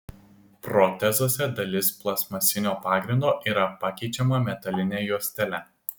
protezuose dalis plastmasinio pagrindo yra pakeičiama metaline juostele